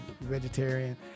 vegetarian